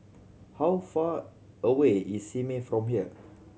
how far away is Simei from here